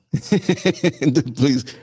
Please